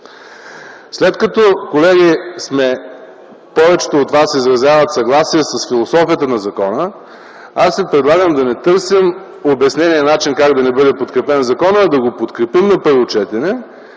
след като повечето от вас изразяват съгласие с философията на закона, аз ви предлагам да не търсим обяснения и начини как да не бъде подкрепен законопроектът, а да го подкрепим на първо четене.